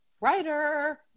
writer